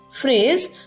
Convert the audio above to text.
phrase